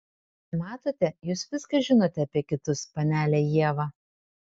matote jūs viską žinote apie kitus panele ieva